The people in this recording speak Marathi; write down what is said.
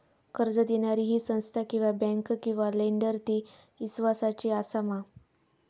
कर्ज दिणारी ही संस्था किवा बँक किवा लेंडर ती इस्वासाची आसा मा?